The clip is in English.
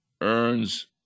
earns